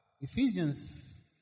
Ephesians